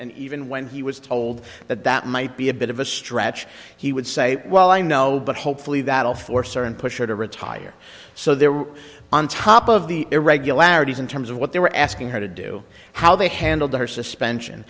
and even when he was told that that might be a bit of a stretch he would say well i know but hopefully that'll force or and push her to retire so they were on top of the irregularities in terms of what they were asking her to do how they handled her suspension